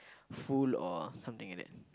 full or something like that